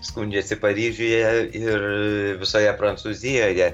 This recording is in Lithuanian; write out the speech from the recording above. skundžiasi paryžiuje ir visoje prancūzijoje